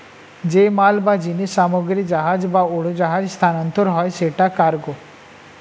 যে মাল বা জিনিস সামগ্রী জাহাজ বা উড়োজাহাজে স্থানান্তর হয় সেটা কার্গো